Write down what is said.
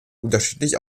unterschiedlich